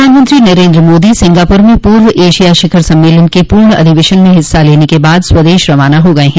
प्रधानमंत्री नरेन्द्र मोदी सिंगापुर में पूर्व एशिया शिखर सम्मेलन के पूर्ण अधिवेशन में हिस्सा लेने के बाद स्वदेश रवाना हो गये हैं